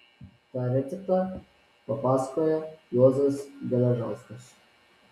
tą receptą papasakojo juozas geležauskas